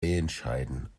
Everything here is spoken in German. entscheiden